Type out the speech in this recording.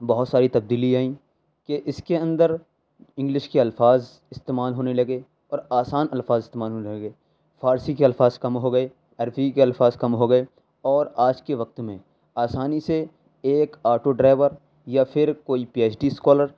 بہت ساری تبدیلی آئیں کہ اس کے اندر انگلش کے الفاظ استعمال ہونے لگے اور آسان الفاظ استعمال ہونے لگے فارسی کے الفاظ کم ہو گئے عربی کے الفاظ کم ہو گئے اور آج کے وقت میں آسانی سے ایک آٹو ڈرائیور یا پھر کوئی پی ایچ ڈی اسکالر